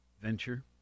venture